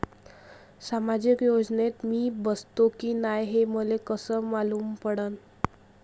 सामाजिक योजनेत मी बसतो की नाय हे मले कस मालूम पडन?